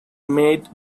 made